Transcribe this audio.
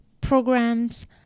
programs